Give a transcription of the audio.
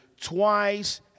twice